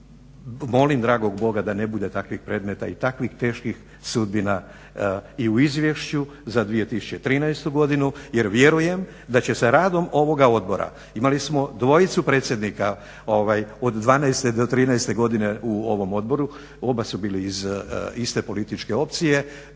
molim dragog Boga da ne bude takvih predmeta i takvih teških sudbina i u Izvješću za 2013. godinu jer vjerujem da će se radom ovoga odbora, imali smo dvojicu predsjednika od '12. do '13. godine u ovom odboru, oba su bili iz iste političke opcije